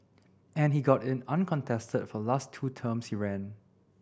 and he got in uncontested for last two terms he ran